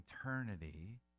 eternity